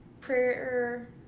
prayer